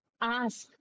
ask